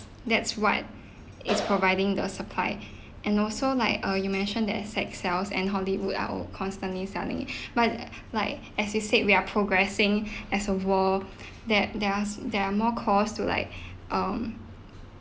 that's what is providing the supply and also like uh you mentioned that sex sells and Hollywood are all constantly selling it but uh like as you said we are progressing as a war that there are there are more cause to like um